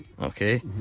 Okay